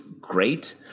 great